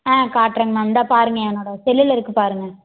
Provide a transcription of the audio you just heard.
ஆ காட்றேங்க மேம் இந்தா பாருங்கள் என்னோடய செல்லில் இருக்குது பாருங்கள்